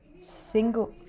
single